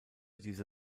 diese